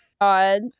God